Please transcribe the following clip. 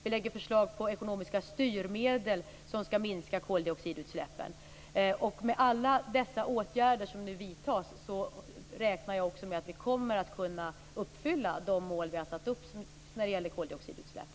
Vi lägger fram förslag om ekonomiska styrmedel som skall minska koldioxidutsläppen. Med alla åtgärder som nu vidtas räknar jag också med att vi kommer att kunna uppfylla de mål som vi har satt upp när det gäller koldioxidutsläpp.